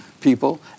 people